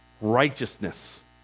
righteousness